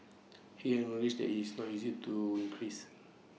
he acknowledged that it's not easy to increase